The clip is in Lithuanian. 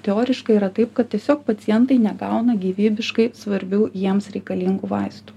teoriškai yra taip kad tiesiog pacientai negauna gyvybiškai svarbių jiems reikalingų vaistų